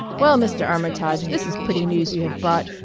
well, mr. armitage, this is pretty news you have brought.